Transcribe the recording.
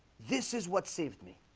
this is what saved me